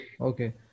Okay